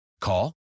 Call